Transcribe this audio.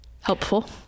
Helpful